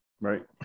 right